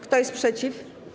Kto jest przeciw?